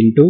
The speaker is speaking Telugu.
3